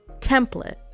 template